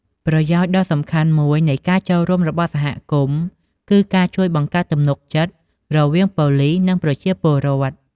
ប្រយោជន៍ដ៏សំខាន់មួយនៃការចូលរួមរបស់សហគមន៍គឺការជួយ បង្កើតទំនុកចិត្តរវាងប៉ូលិស និងប្រជាពលរដ្ឋ។